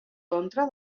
contra